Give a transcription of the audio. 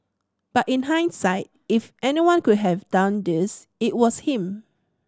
but in hindsight if anyone could have done this it was him